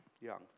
young